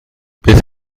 beth